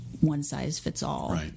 one-size-fits-all